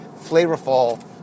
flavorful